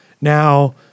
Now